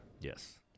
Yes